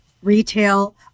retail